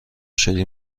شدی